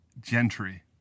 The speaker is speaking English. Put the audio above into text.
gentry